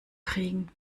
kriegen